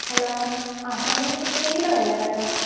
hello ആ hello ഇത് tailor അല്ലായിരുന്നോ